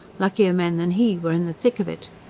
luckier men than he were in the thick of it.